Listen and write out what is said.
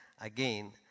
again